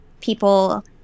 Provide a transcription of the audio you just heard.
people